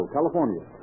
California